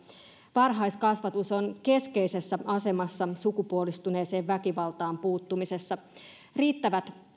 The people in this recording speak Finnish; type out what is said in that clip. varhaiskasvatus on keskeisessä asemassa sukupuolittuneeseen väkivaltaan puuttumisessa riittävät